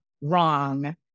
wrong